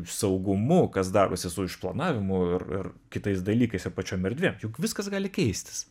saugumu kas darosi su išplanavimu ir ir kitais dalykais ir pačiom erdvėm juk viskas gali keistis